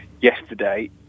yesterday